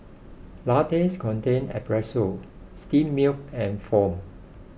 lattes contain espresso steamed milk and foam